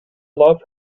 love